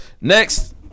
Next